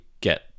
get